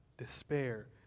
despair